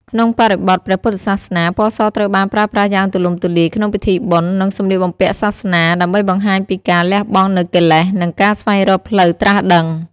ក្នុងបរិបទព្រះពុទ្ធសាសនា ពណ៌សត្រូវបានប្រើប្រាស់យ៉ាងទូលំទូលាយក្នុងពិធីបុណ្យ និងសម្លៀកបំពាក់សាសនា ដើម្បីបង្ហាញពីការ លះបង់នូវកិលេស និងការស្វែងរកផ្លូវត្រាស់ដឹង។